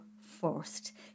first